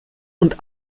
und